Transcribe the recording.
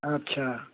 आथ्सा